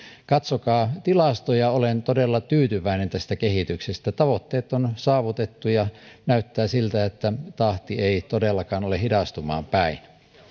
katsokaa tilastoja olen todella tyytyväinen tästä kehityksestä tavoitteet on saavutettu ja näyttää siltä että tahti ei todellakaan ole hidastumaan päin